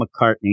McCartney